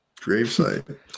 gravesite